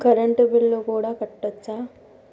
Current bill కూడా కట్టొచ్చా?